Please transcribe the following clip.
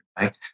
right